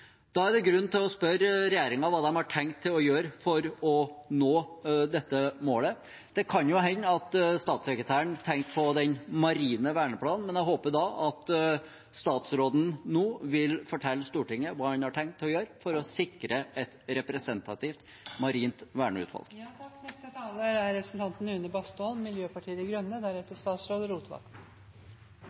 Da er det grunn til å spørre regjeringen hva de har tenkt å gjøre for å nå dette målet. Det kan jo hende at statssekretæren tenkte på den marine verneplanen, men jeg håper da at statsråden nå vil fortelle Stortinget hva han har tenkt å gjøre for å sikre et representativt marint verneutvalg. Å bore etter olje ved Trænarevet – det er